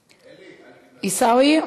עיסאווי?